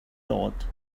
thought